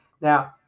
Now